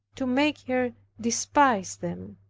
to make her despise them.